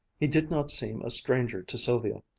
he did not seem a stranger to sylvia.